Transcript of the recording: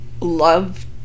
love